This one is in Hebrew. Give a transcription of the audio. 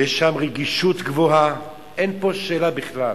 ויש שם רגישות גבוהה, אין פה שאלה בכלל.